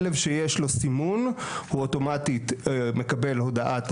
כלב שיש לו סימון הוא אוטומטית מקבל הודעת